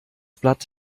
blatt